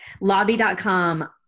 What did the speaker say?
Lobby.com